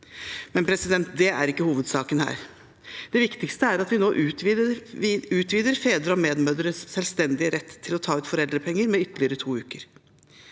er likevel ikke hovedsaken her. Det viktigste er at vi nå utvider fedres og medmødres selvstendige rett til å ta ut foreldrepenger med ytterligere to uker.